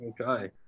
Okay